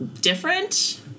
different